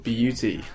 Beauty